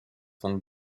von